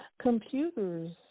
Computers